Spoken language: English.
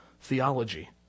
theology